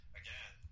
again